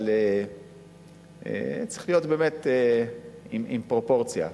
אבל צריך להיות באמת עם פרופורציה.